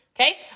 Okay